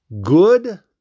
good